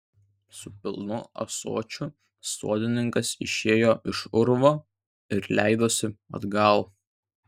su pilnu ąsočiu sodininkas išėjo iš urvo ir leidosi atgal